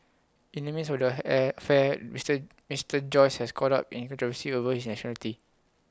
in the midst of the affair Mister Mister Joyce has caught up in controversy over his nationality